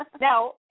Now